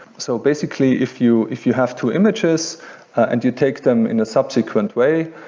so basically, if you if you have two images and you take them in a subsequent way,